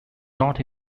not